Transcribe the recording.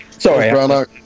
sorry